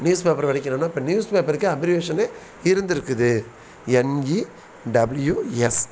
news paper படிக்கணுன்னால் இப்போ நியூஸ் பேப்பருக்கு அப்ரிவேஷனு இருந்துருக்குது என் இ டபுள்யூ எஸ்